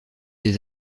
des